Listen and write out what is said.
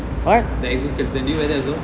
the exoskeleton the new exo